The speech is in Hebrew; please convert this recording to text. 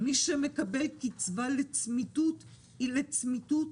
מי שמקבל קצבה לצמיתות היא לצמיתות.